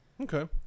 Okay